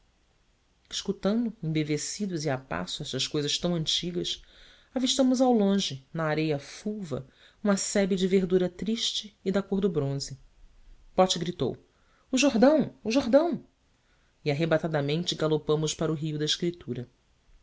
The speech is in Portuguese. escutando embevecidos e a passo estas cousas tão antigas avistamos ao longe na areia fulva uma sebe de verdura triste e da cor do bronze pote gritou o jordão o jordão e arrebatadamente galopamos para o rio da escritura